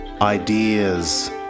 ideas